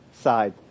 side